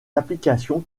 applications